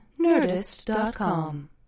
nerdist.com